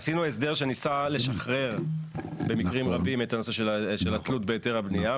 עשינו הסדר שניסה לשחרר במקרים רבים את נושא התכנון והבנייה.